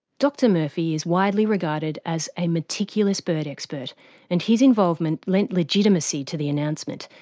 dr murphy is widely regarded as a meticulous bird expert and his involvement lent legitimacy to the announcement,